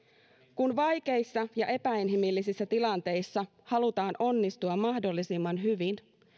kun vaikeissa ja epäinhimillisissä tilanteissa halutaan onnistua mahdollisimman hyvin